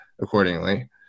accordingly